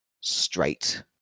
straight